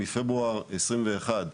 מפברואר 2021,